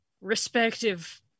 respective